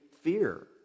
fear